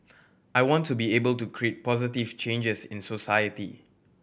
I want to be able to create positive changes in society